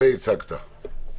יפה הצגת.